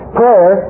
prayer